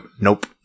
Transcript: Nope